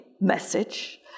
message